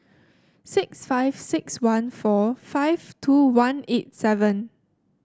six five six one four five two one eight seven